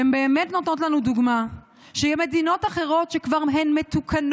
והן באמת נותנות לנו דוגמה של מדינות אחרות שהן כבר מתוקנות.